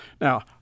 Now